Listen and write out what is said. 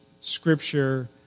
scripture